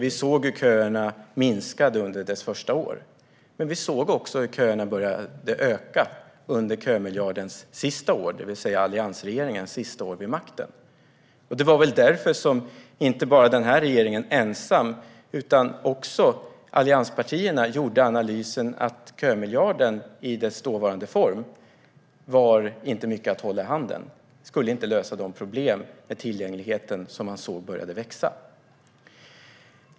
Vi såg hur köerna minskade under dess första år. Men vi såg också hur köerna började öka under kömiljardens sista år, det vill säga alliansregeringens sista år vid makten. Det var väl därför som inte bara den här regeringen ensam utan också allianspartierna gjorde analysen att kömiljarden i dess dåvarande form inte var mycket att hålla i handen och inte skulle lösa de problem med tillgängligheten som man såg började växa.